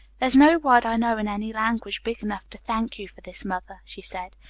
there's no word i know in any language big enough to thank you for this, mother, she said.